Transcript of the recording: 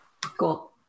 cool